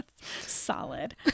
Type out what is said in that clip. Solid